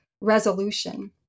resolution